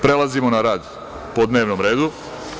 Prelazimo na rad po dnevnom redu.